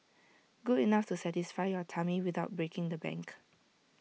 good enough to satisfy your tummy without breaking the bank